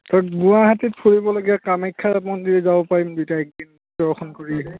তোৰ গুৱাহাটত ফুৰিবলগীয়া কামাখ্যা মন্দিৰ যাব পাৰিম দুয়োটা একদিন দৰ্শন কৰি আহিম